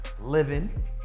living